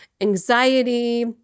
anxiety